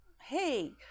hey